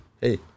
Hey